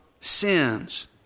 sins